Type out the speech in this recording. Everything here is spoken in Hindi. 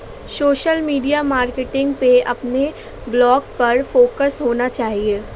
सोशल मीडिया मार्केटिंग में अपने ब्लॉग पर फोकस होना चाहिए